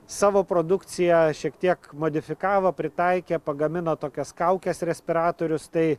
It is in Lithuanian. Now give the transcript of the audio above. savo produkciją šiek tiek modifikavo pritaikė pagamino tokias kaukes respiratorius tai